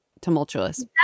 tumultuous